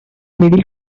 middle